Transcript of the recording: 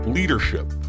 Leadership